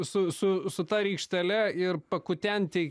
su su ta rykštele ir pakutenti